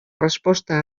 resposta